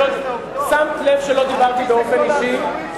שמת לב שלא דיברתי באופן אישי.